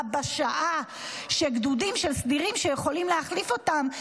בה בשעה שגדודים של סדירים שיכולים להחליף אותם,